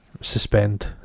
suspend